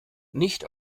nicht